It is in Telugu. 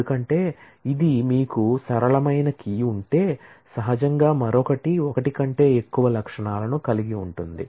ఎందుకంటే ఇది మీకు సరళమైన కీ ఉంటే సహజంగా మరొకటి ఒకటి కంటే ఎక్కువ అట్ట్రిబ్యూట్స్ ను కలిగి ఉంటుంది